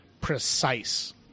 precise